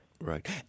Right